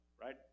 right